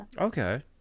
Okay